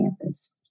campus